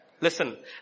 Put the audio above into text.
Listen